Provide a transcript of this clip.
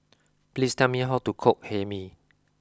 please tell me how to cook Hae Mee